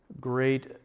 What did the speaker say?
great